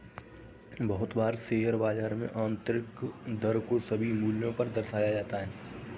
बहुत बार शेयर बाजार में आन्तरिक दर को सभी मूल्यों पर दर्शाया जाता है